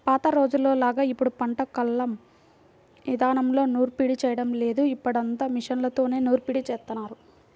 పాత రోజుల్లోలాగా ఇప్పుడు పంట కల్లం ఇదానంలో నూర్పిడి చేయడం లేదు, ఇప్పుడంతా మిషన్లతోనే నూర్పిడి జేత్తన్నారు